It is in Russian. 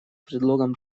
предлогом